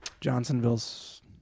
Johnsonville's